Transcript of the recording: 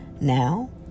now